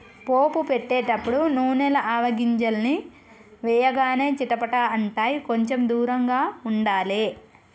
పోపు పెట్టేటపుడు నూనెల ఆవగింజల్ని వేయగానే చిటపట అంటాయ్, కొంచెం దూరంగా ఉండాలే